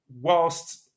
whilst